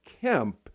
Kemp